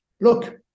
Look